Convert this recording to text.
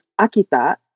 Akita